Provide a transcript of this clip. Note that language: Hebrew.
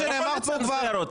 אנחנו פותחים את הדיון,